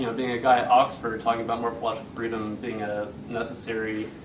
you know being a guy at oxford talking about morphological freedom being a necessary